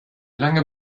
lange